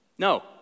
No